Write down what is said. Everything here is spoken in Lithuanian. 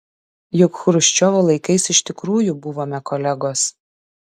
juk chruščiovo laikais iš tikrųjų buvome kolegos